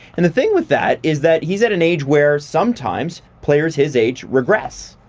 and the thing with that is that he's at an age where sometimes players his age regress.